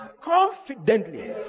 confidently